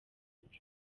umuco